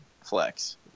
flex